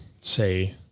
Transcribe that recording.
say